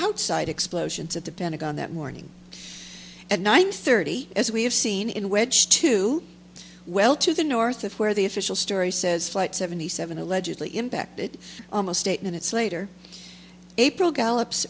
outside explosions of the pentagon that morning at nine thirty as we have seen in which two well to the north of where the official story says flight seventy seven allegedly impacted almost eight minutes later april gal